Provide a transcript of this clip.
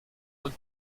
und